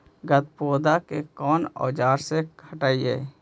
गत्पोदा के कौन औजार से हटायी?